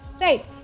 right